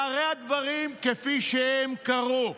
והרי הדברים כפי שהם קרו: